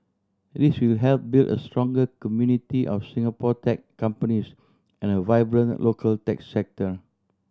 this will help build a stronger community of Singapore tech companies and a vibrant local tech sector